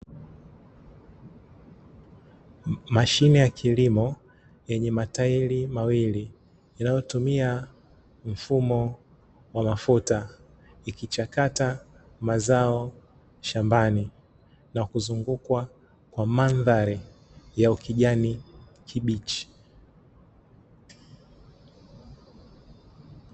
Mashine ya kilimo yenye mataili mawili inayotumia mfumo wa mafuta, ikichakata mazao shambani na kuzungukwa kwa mandhari ya ukijani kibichi.